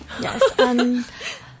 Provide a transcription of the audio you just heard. Yes